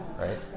right